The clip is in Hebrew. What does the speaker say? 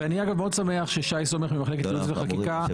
ואני אגב מאוד שמח ששי סומך ממחלקת ייעוץ וחקיקה